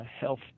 health